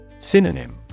Synonym